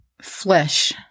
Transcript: flesh